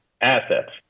assets